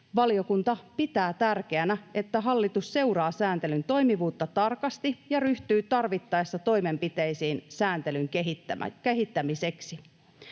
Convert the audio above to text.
Valiokunta pitää tärkeänä, että hallitus seuraa sääntelyn toimivuutta tarkasti ja ryhtyy tarvittaessa toimenpiteisiin sääntelyn kehittämiseksi.